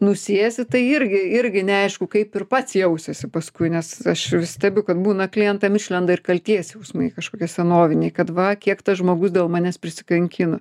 nusėsi tai irgi irgi neaišku kaip ir pats jausiesi paskui nes aš stebiu kad būna klientam išlenda ir kaltės jausmai kažkokie senoviniai kad va kiek tas žmogus dėl manęs prisikankino